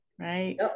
right